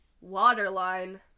Waterline